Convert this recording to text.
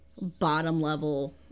bottom-level